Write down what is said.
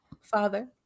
father